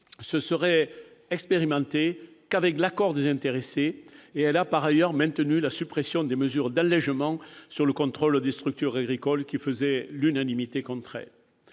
ne seraient expérimentés qu'avec l'accord des intéressés. Elle a par ailleurs maintenu la suppression des mesures d'allégement sur le contrôle des structures agricoles, mesures qui faisaient l'unanimité contre elles.